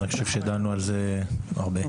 דנו על זה הרבה.